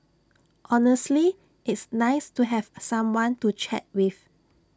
honestly it's nice to have someone to chat with